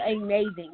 amazing